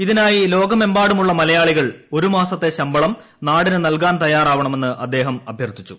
ഇതിനായി ലോകമെമ്പാടുമുള്ള മലയാളികൾ ഒരുമാസത്തെ ശമ്പളം നാടിന് നൽകാൻ തയ്യാറാവണമെന്ന് അദ്ദേഹം അഭ്യർത്ഥിച്ചു